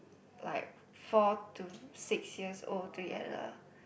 like four to six years old to ya lah